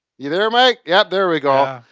you there mike? yep, there we go. yeah.